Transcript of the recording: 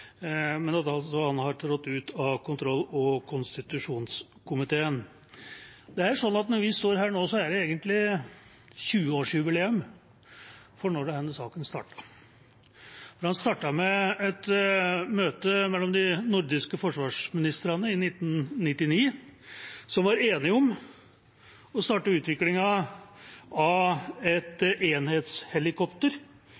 Men han har altså trådt ut av kontroll- og konstitusjonskomiteen. Det er sånn at når vi står her nå, er det egentlig 20-årsjubileum for når denne saken startet. Den startet med et møte mellom de nordiske forsvarsministrene i 1999. De var enige om å starte utviklingen av